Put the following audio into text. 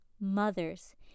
mothers